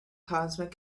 cosmic